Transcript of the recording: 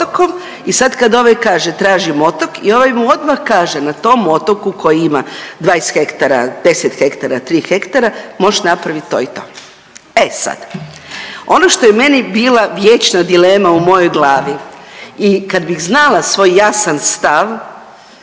i sad kad ovaj kaže tražim otok i ovaj mu odmah kaže na tom otoku koji ima 20 hektara, 10 hektara, 3 hektara, moš napravit to i to. E sad, ono što je meni bila vječna dilema u mojoj glavi i kad bih znala svoj jasan stav,